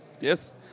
Yes